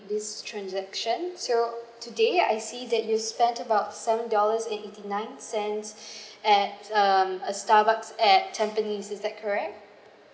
this transaction so today I see that you spent about seven dollars eighty nine cents at um a starbucks at tampines is that correct